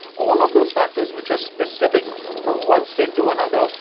all of those factors which are specific from one state to another,